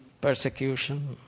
persecution